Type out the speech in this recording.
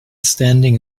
standing